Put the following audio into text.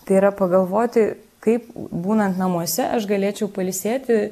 tai yra pagalvoti kaip būnant namuose aš galėčiau pailsėti